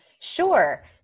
sure